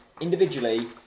individually